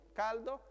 caldo